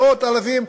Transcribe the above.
מאות אלפים,